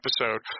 episode